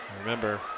Remember